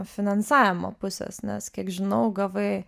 finansavimo pusės nes kiek žinau gavai